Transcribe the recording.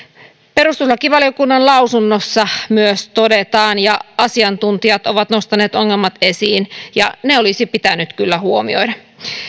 perustuslakivaliokunnan lausunnossa tämä myös todetaan ja asiantuntijat ovat nostaneet ongelmat esiin ja ne olisi pitänyt kyllä huomioida